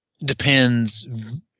depends